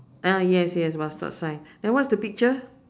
ah yes yes bus stop sign then what's the picture